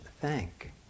thank